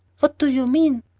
what do you mean?